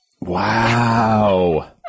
Wow